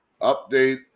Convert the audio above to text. update